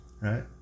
Right